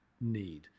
need